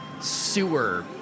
sewer